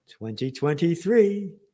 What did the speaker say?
2023